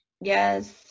yes